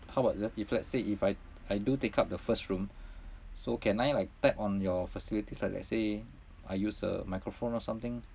how about le~ if let's say if I I do take up the first room so can I like tap on your facilities uh let's say I use a microphone or something